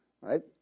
Right